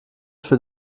für